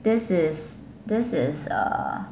this is this is err